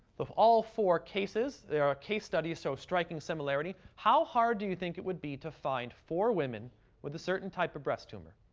of all four cases, they are a case studies, studies, so striking similarity, how hard do you think it would be to find four women with a certain type of breast tumor?